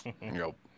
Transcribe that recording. nope